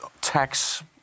tax